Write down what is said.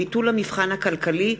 ביטול המבחן הכלכלי),